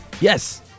Yes